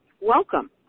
welcome